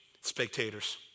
spectators